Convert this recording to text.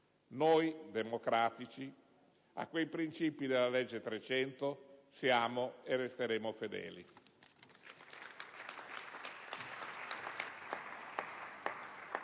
Noi Democratici a quei principi della legge n. 300 siamo e resteremo fedeli.